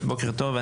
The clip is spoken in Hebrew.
בוקר טוב.